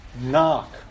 Knock